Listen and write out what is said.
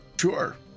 Sure